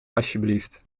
alsjeblieft